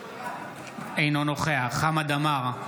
אינו נוכח חמד עמאר,